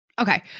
Okay